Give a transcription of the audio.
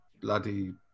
bloody